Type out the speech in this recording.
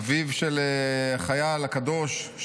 אביו של החייל הקדוש,